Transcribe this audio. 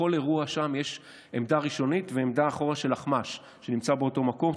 בכל אירוע שם יש עמדה ראשונית ועמדה אחורית של אחמ"ש שנמצא באותו מקום.